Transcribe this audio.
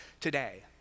today